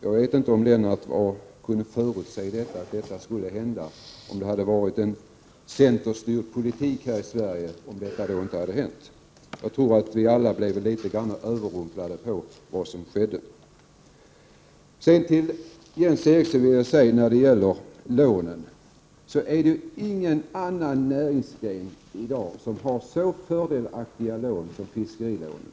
Jag vet inte om Lennart Brunander menade att havsförstöringen inte skulle ha inträffat om det hade förts en centerpolitik i Sverige. Jag tror att vi alla blev överrumplade av vad som skedde. När det gäller lånen vill jag till Jens Eriksson säga att det inte finns någon annan näringsgren i dag som har så fördelaktiga lån som fiskerinäringen.